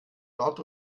nord